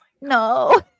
no